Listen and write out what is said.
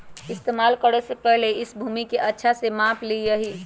इस्तेमाल करे से पहले इस भूमि के अच्छा से माप ली यहीं